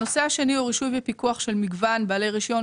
נושא שני הוא רישוי ופיקוח של מגוון בעלי רישיון